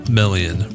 million